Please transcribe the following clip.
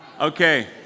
Okay